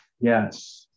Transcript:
Yes